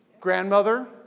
Grandmother